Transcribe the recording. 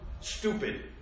stupid